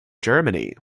germany